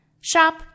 Shop